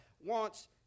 wants